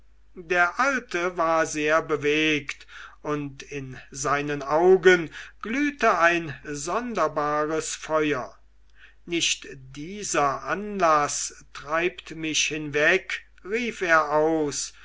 der alte war sehr bewegt und in seinen augen glühte ein sonderbares feuer nicht dieser anlaß treibt mich hinweg rief er aus